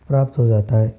प्राप्त हो जाता है